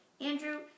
Andrew